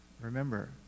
Remember